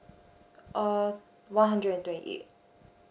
err one hundred and twenty eight